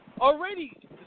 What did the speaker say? already